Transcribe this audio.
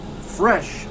fresh